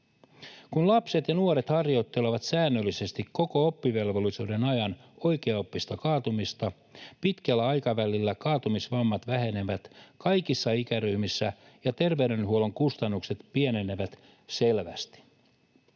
Kun lapset ja nuoret harjoittelevat säännöllisesti koko oppivelvollisuuden ajan oikeaoppista kaatumista, pitkällä aikavälillä kaatumisvammat vähenevät kaikissa ikäryhmissä ja terveydenhuollon kustannukset pienenevät selvästi.